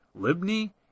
Libni